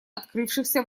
открывшихся